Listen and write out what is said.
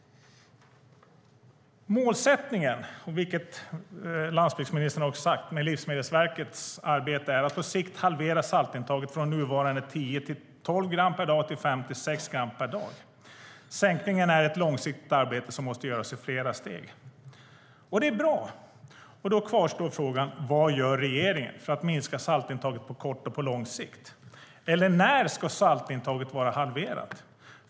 Målsättningen med Livsmedelsverkets arbete är, som landsbygdsministern sade, att på sikt halvera saltintaget från nuvarande 10-12 gram per dag till 5-6 gram per dag. Det är ett långsiktigt arbete som måste göras i flera steg. Det är bra, och då kvarstår frågan: Vad gör regeringen för att minska saltintaget på kort och på lång sikt? När ska saltintaget vara halverat?